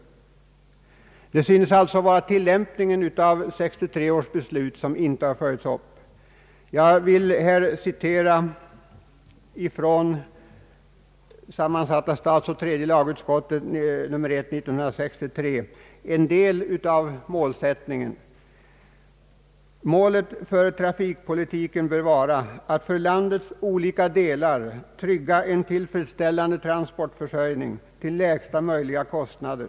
Det verkar alltså som om tilllämpningen av 1963 års beslut inte har följts upp på ett effektivt och riktigt sätt. I sammansatta statsoch tredje lagutskottets utlåtande nr 1 år 1963 anges målsättningen för trafikpolitiken vara att för landets olika delar trygga en tillfredsställande = transportförsörjning till lägsta möjliga kostnader.